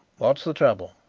what is the trouble?